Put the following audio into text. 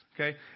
okay